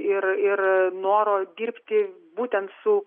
ir ir noro dirbti būtent su